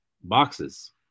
boxes